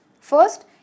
First